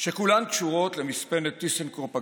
שכולן קשורות למספנת טיסנקרופ הגרמנית.